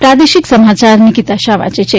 પ્રાદેશિક સમાચાર નિકીતા શાહ વાંચે છે